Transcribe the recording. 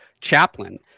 chaplain